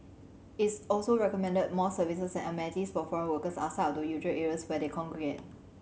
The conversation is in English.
it's also recommended more services and amenities for foreign workers outside of the usual areas where they congregate